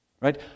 right